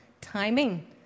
timing